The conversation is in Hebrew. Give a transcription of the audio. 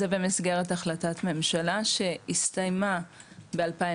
זה במסגרת החלטת ממשלה שהסתיימה ב-2019.